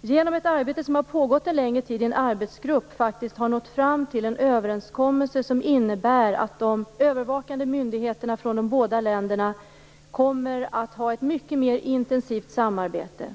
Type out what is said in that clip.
genom ett arbete som har pågått en längre tid i en arbetsgrupp, faktiskt har nått fram till en överenskommelse som innebär att de övervakande myndigheterna från de båda länderna kommer att ha ett mycket mer intensivt samarbete.